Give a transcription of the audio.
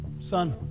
Son